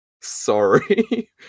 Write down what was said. sorry